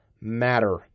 matter